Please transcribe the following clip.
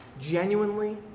genuinely